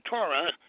Torah